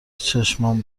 چشمام